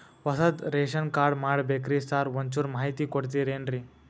ಹೊಸದ್ ration card ಮಾಡ್ಬೇಕ್ರಿ sir ಒಂಚೂರ್ ಮಾಹಿತಿ ಕೊಡ್ತೇರೆನ್ರಿ?